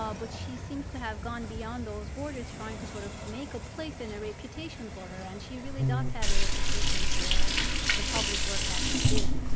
ah but she seems to have gone beyond those borders trying to sort of make a place and a reputation for her. and she really does have a reputation for the public work that she did.